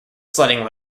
sledding